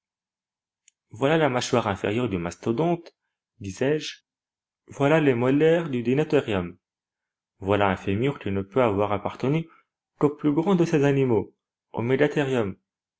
voilà la mâchoire inférieure du mastodonte disais-je voilà les molaires du dinotherium voilà un fémur qui ne peut avoir appartenu qu'au plus grand de ces animaux